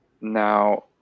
Now